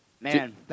Man